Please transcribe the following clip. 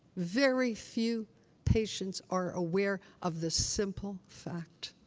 very few patients are aware of this simple fact.